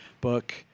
book